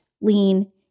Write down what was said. lean